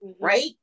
Right